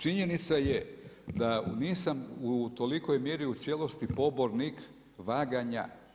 Činjenica je da nisam u tolikoj mjeri u cijelosti pobornik vaganja.